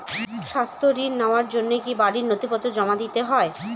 স্বাস্থ্য ঋণ নেওয়ার জন্য কি বাড়ীর নথিপত্র জমা দিতেই হয়?